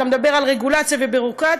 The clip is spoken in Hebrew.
אתה מדבר על רגולציה וביורוקרטיה.